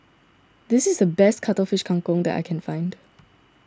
this is the best Cuttlefish Kang Kong that I can find